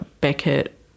Beckett